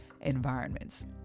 environments